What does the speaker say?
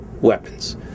weapons